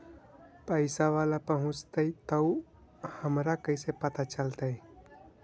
पैसा बाला पहूंचतै तौ हमरा कैसे पता चलतै?